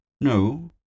No